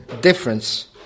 difference